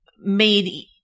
made